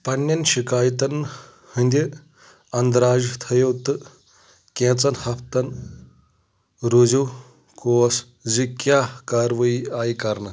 پننین شِكایتن ہٕندِ اندراج تھٲیِو تہٕ كینژن ہفتن روٗزِو كوس زِ كیاہ كاروٲیی آیہِ كرنہٕ